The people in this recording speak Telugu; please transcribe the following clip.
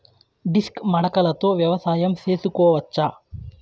డిస్క్ మడకలతో వ్యవసాయం చేసుకోవచ్చా??